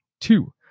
Two